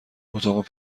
اتاق